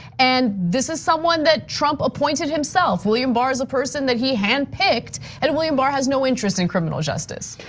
and this is someone that trump appointed himself, william barr is a person that he handpicked. and william barr has no interest in criminal justice.